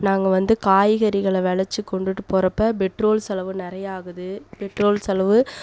நாங்கள் வந்து காய்கறிகளை விளச்சி கொண்டுகிட்டு போகிறப்ப பெட்ரோல் செலவு நிறையாகுது பெட்ரோல் செலவு